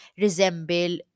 resemble